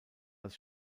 als